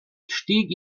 stieg